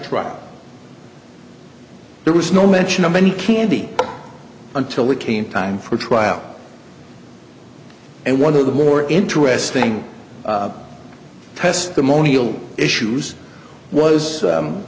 trial there was no mention of any candy until it came time for a trial and one of the more interesting testimonial issues was